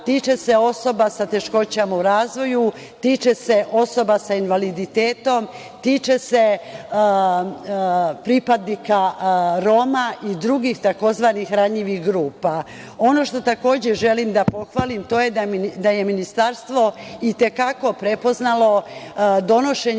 tiče se osoba sa teškoćama u razvoju, tiče se osoba sa invaliditetom, tiče se pripadnika Roma i drugih tzv. ranjivih grupa. Ono što takođe želim da pohvali to je da je Ministarstvo i te kako prepoznalo donošenje